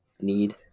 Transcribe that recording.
Need